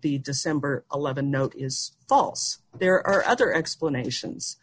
the december th note is false there are other explanations